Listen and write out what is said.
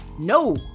no